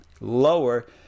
lower